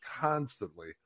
constantly